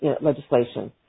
legislation